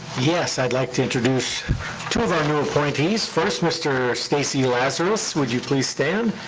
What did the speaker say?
yes, i'd like to introduce two of our new appointees. first, mr. stacey lazarus. would you please stand?